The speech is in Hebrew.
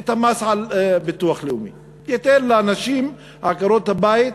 המס על ביטוח לאומי ייתן לאנשים, לעקרות-הבית,